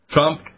Trump